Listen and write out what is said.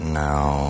now